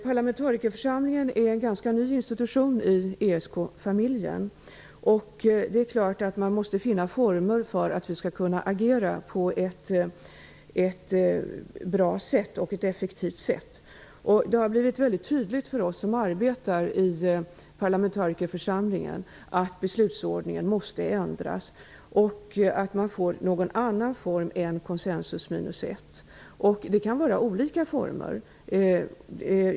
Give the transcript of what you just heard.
Parlamentarikerförsamlingen är en ganska ny institution i ESK-familjen, och det är klart att man måste finna former för att vi skall kunna agera på ett bra och effektivt sätt. Det har blivit väldigt tydligt för oss som arbetar i parlamentarikerförsamlingen att beslutsordningen måste ändras och att den måste få någon annan form än koncensus minus ett. Det kan vara olika former.